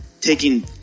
taking